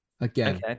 Again